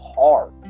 hard